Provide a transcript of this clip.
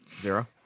Zero